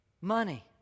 money